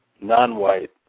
non-white